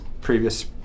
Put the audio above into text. previous